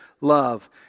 love